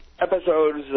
episodes